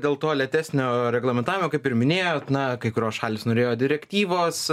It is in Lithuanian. dėl to lėtesnio reglamentavimo kaip ir minėjot na kai kurios šalys norėjo direktyvos